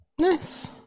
Nice